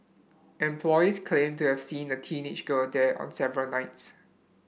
employees claimed to have seen a teenage girl there on several nights